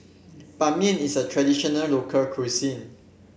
Ban Mian is a traditional local cuisine